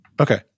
Okay